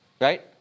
Right